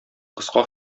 кыска